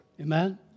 Amen